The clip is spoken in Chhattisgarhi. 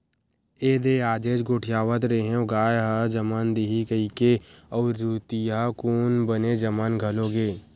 एदे आजेच गोठियावत रेहेंव गाय ह जमन दिही कहिकी अउ रतिहा कुन बने जमन घलो गे